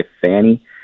Fanny